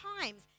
times